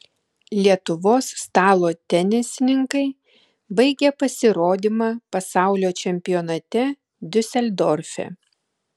lietuvos stalo tenisininkai baigė pasirodymą pasaulio čempionate diuseldorfe